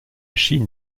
chine